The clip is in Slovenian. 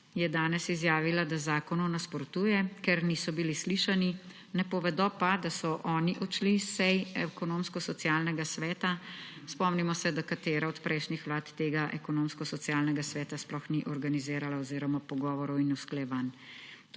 je danes izjavila, da zakonu nasprotuje, ker niso bili slišani, ne povedo pa, da so oni odšli s sej Ekonomsko-socialnega sveta, spomnimo se, da katera od prejšnjih vlad tega Ekonomsko-socialnega sveta sploh ni organizirala oziroma pogovorov in usklajevanj.